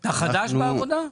אתה חדש בעבודה?